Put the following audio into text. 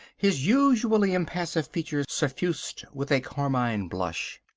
his usually impassive features suffused with a carmine blush.